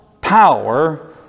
power